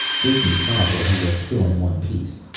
jason stopped while he was still in one piece.